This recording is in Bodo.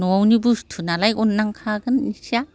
न'नि बुसथु नालाय अननांखागोन एसेया